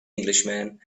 englishman